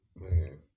Man